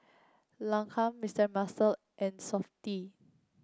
Lancome Mister Muscle and Softy